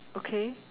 okay